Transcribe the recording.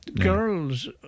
girls